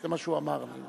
זה מה שהוא אמר לי.